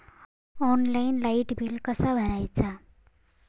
Online light bill कसा भरायचा?